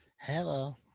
Hello